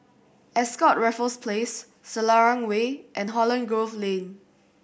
Ascott Raffles Place Selarang Way and Holland Grove Lane